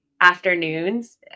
afternoons